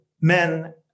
men